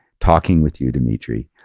talking with you demetri.